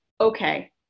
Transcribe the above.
okay